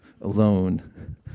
alone